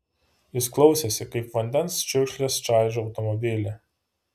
jis klausėsi kaip vandens čiurkšlės čaižo automobilį